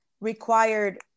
required